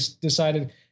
decided